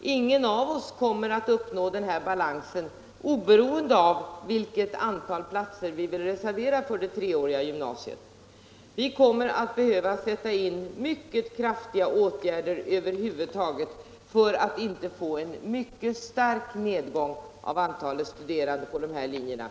ingen av oss kommer att uppnå den här balansen, oberoende av vilket antal platser man bör reservera för det treåriga gymnasiet. Man kommer att behöva sätta in mycket kraftiga åtgärder över huvud taget för att det inte skall bli en mycket stark nedgång av antalet studerande på de här linjerna.